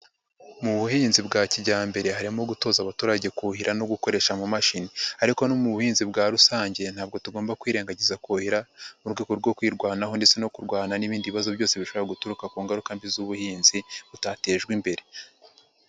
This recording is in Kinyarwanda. Mu buhinzi bwa kijyambere harimo gutoza abaturage kuhira no gukoresha amashini, ariko no mu buhinzi bwa rusange, ntabwo tugomba kwirengagiza kuhira, mu rwego rwo kwirwanaho ndetse no kurwana n'ibindi bibazo byose bishobora guturuka ku ngaruka mbi z'ubuhinzi butatejwe imbere.